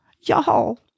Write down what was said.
Y'all